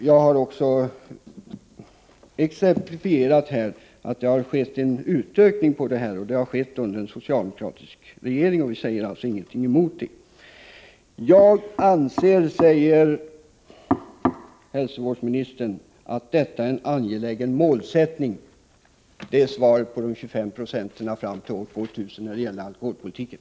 Jag har exemplifierat att det har skett en utökning på detta område, och den har skett under en socialdemokratisk regering. Vi har alltså ingenting emot detta. Hälsovårdsministern säger: Jag anser att detta är en angelägen målsättning. Det får vara svaret på frågan om alkoholpolitiken och de 25 procenten fram till år 2000.